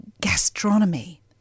gastronomy